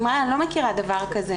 אני לא מכירה דבר כזה.